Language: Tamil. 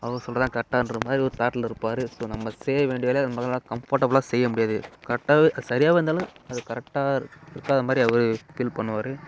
அவரு சொல்லுறது தான் கரெக்டான்ற மாதிரி ஒரு தாட்டில் இருப்பார் ஸோ நம்ப செய்ய வேண்டிய வேலை நம்பளால் கம்ஃபர்டபுளாக செய்ய முடியாது கரெக்டாக சரியாகவே இருந்தாலும் அது கரெக்டா இருக்காத மாதிரி அவர் ஃபீல் பண்ணுவார்